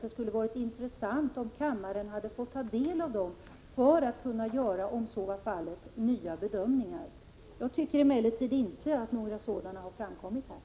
Det skulle varit intressant om kammaren hade fått ta del av dem för att i så fall kunna göra nya bedömningar. Jag tycker emellertid Prot. 1986/87:94